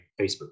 Facebook